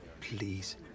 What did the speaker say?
please